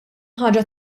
ħaġa